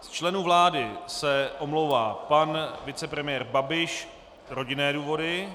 Z členů vlády se omlouvá pan vicepremiér Babiš rodinné důvody.